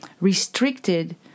restricted